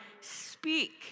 speak